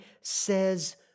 says